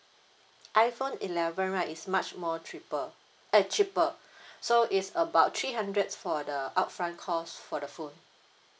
iphone eleven right is much more cheaper eh cheaper so it's about three hundreds for the upfront cost for the phone